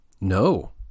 No